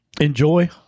Enjoy